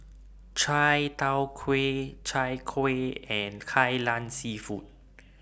Chai Tow Kuay Chai Kuih and Kai Lan Seafood